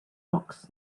rocks